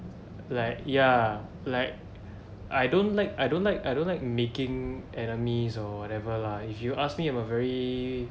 like ya like I don't like I don't like I don't like making enemies or whatever lah if you ask me I'm a very